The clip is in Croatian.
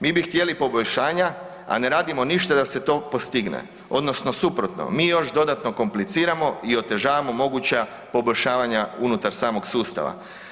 Mi bi htjeli poboljšanja, a ne radimo ništa da se to postigne odnosno suprotno mi još dodatno kompliciramo i otežavamo moguća poboljšavanja unutar samog sustava.